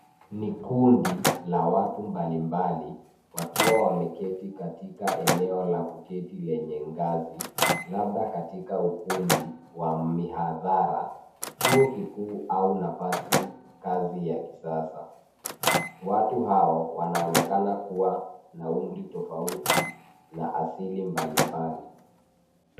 Ni kundi la watu mbalimbali wakiwa wameketi katika eneo la kuketi lenye ngazi labda katika ukumbi wa mihadhara chuo kikuu au nafasi kazi ya kisasa .Watu hao wanaonekana kuwa na umri tofauti na asili mbalimbali.